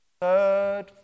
third